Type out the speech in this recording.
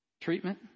treatment